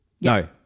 No